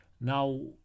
Now